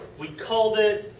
we called it,